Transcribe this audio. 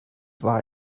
war